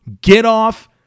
get-off